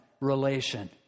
relation